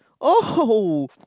oh